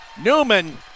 Newman